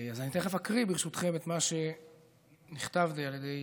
אז אני תכף אקריא, ברשותכם, את מה שנכתב בידי